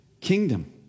kingdom